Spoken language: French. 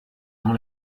dans